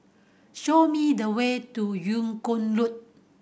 show me the way to Yung Kuang Road